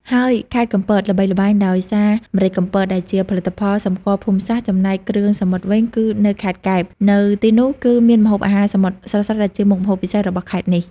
ហើយខេត្តកំពត ល្បីល្បាញដោយសារម្រេចកំពត ដែលជាផលិតផលសម្គាល់ភូមិសាស្ត្រ ចំណែកគ្រឿងសមុទ្រវិញគឺនៅខេត្តកែប នៅទីនោះគឺមានម្ហូបអាហារសមុទ្រស្រស់ៗ ដែលជាមុខម្ហូបពិសេសរបស់ខេត្តនេះ។